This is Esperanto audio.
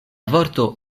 vorto